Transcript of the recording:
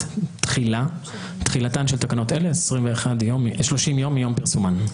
21.תחילה תחילתן של תקנות אלה 30 ימים מיום פרסומן.